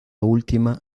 última